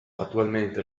attualmente